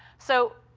so,